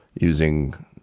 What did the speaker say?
using